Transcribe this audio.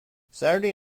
saturday